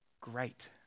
great